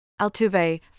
Altuve